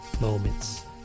moments